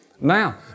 Now